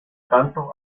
tanto